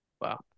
Wow